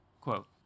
Quote